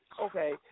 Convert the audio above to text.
okay